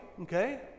Okay